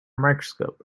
microscope